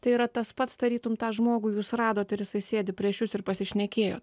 tai yra tas pats tarytum tą žmogų jūs radot ir jisai sėdi prieš jus ir pasišnekėjot